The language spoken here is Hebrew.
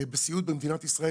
בסיעוד במדינת ישראל,